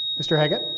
mister haggit.